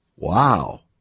Wow